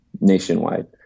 nationwide